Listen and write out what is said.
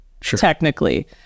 technically